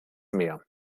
mehr